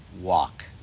walk